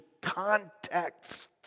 context